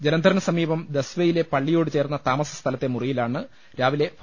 ജലന്ധറിന് സമീപം ദസ്വയിലെ പളളിയോട് ചേർന്ന താമസ സ്ഥലത്തെ മുറിയിലാണ് രാവിലെ ഫാ